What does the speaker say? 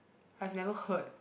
I've never heard